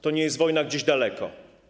To nie jest wojna gdzieś daleko.